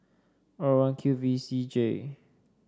R one Q V C J